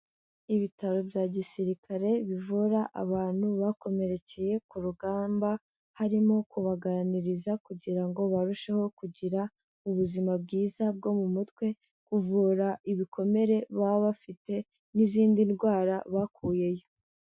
Ibitaro bya gisirikare bivura abantu bakomerekeye ku rugamba, harimo kubaganiriza kugira ngo barusheho kugira ubuzima bwiza bwo mu mutwe, kuvura ibikomere baba bafite n'izindi ndwara bakuyeyo.